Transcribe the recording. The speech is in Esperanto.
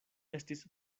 estis